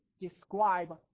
describe